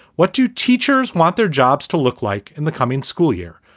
what do teachers want their jobs to look like in the coming school year?